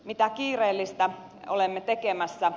mitä kiireellistä olemme tekemässä